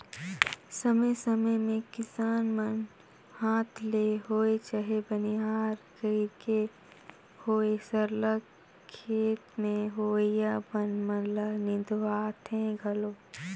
समे समे में किसान मन हांथ ले होए चहे बनिहार कइर के होए सरलग खेत में होवइया बन मन ल निंदवाथें घलो